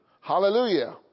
Hallelujah